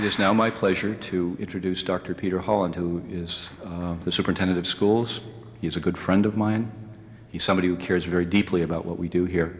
just now my pleasure to introduce dr peter holland who is the superintendent of schools he's a good friend of mine he's somebody who cares very deeply about what we do here